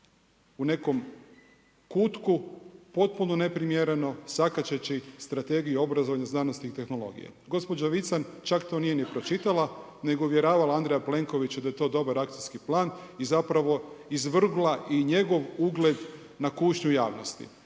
u nekom kutku, potpuno neprimjereno sakačeći Strategiju obrazovanja, znanosti tehnologije. Gospođa Vican čak to nije ni pročitala nego uvjeravala Andreja Plenkovića da je to dobar akcijski plan i zapravo izvrgla i njegov ugled na kušnju javnosti.